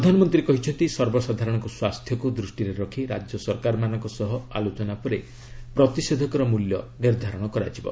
ପ୍ରଧାନମନ୍ତ୍ରୀ କହିଛନ୍ତି ସର୍ବସାଧାରଣଙ୍କ ସ୍ୱାସ୍ଥ୍ୟକୁ ଦୃଷ୍ଟିରେ ରଖି ରାଜ୍ୟ ସରକାରମାନଙ୍କ ସହ ଆଲୋଚନା ପରେ ପ୍ରତିଷେଧକର ମୂଲ୍ୟ ନିର୍ଦ୍ଧାରଣ କରାଯିବ